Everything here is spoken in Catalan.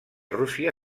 rússia